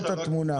זו התמונה.